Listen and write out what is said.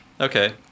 okay